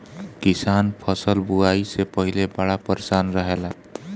किसान फसल बुआई से पहिले बड़ा परेशान रहेला